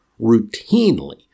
routinely –